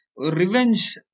Revenge